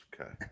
Okay